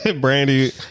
Brandy